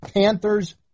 Panthers